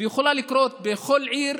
ויכולה לקרות בכל עיר,